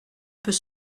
peut